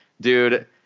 Dude